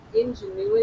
ingenuity